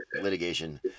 litigation